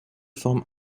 forme